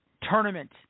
tournament